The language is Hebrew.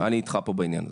אני איתך בעניין הזה.